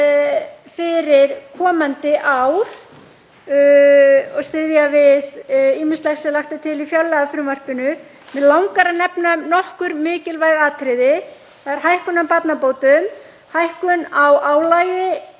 fyrir komandi ár og styðja við ýmislegt sem lagt er til í fjárlagafrumvarpinu. Mig langar að nefna nokkur mikilvæg atriði. Það er hækkun á barnabótum, hækkun á álagi